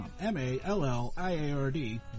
M-A-L-L-I-A-R-D